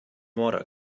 water